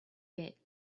bit